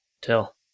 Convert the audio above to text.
tell